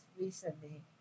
recently